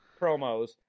promos